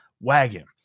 wagon